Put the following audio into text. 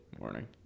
morning